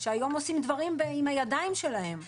שהיום עושים דברים עם הידיים שלהם,